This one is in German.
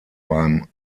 beim